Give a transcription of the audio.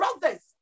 brothers